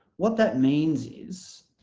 what that means is